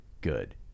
good